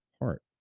heart